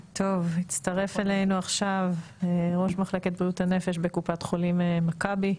הצטרף אלינו עכשיו ראש מחלקת בריאות הנפש בקופת חולים מכבי,